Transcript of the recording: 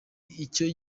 icyo